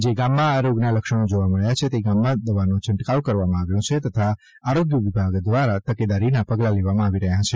જે ગામમાં આ રોગના લક્ષણો જોવા મળ્યા છે તે ગામમાં દવાનો છંટકાવ કરવામાં આવ્યો છે તથા આરોગ્ય વિભાગ દ્વારા તકેદારીના પગલાં લેવામાં આવી રહ્યાં છે